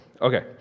Okay